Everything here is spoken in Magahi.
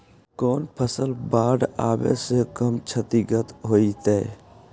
कौन फसल बाढ़ आवे से कम छतिग्रस्त होतइ?